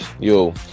Yo